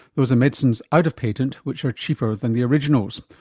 those are medicines out of patent which are cheaper than the originals.